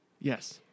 Yes